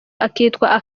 akitwa